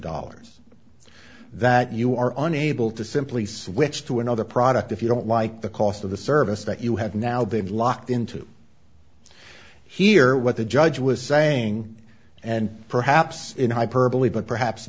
dollars that you are unable to simply switch to another product if you don't like the cost of the service that you have now they've locked in to hear what the judge was saying and perhaps in hyperbole but perhaps